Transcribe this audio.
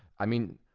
i mean,